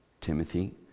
Timothy